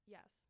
Yes